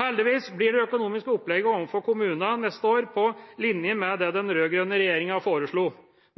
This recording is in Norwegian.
Heldigvis blir det økonomiske opplegget for kommunene neste år på linje med det den rød-grønne regjeringa foreslo,